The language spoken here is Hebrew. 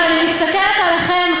אני מסתכלת עליכם,